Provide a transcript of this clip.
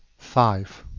five.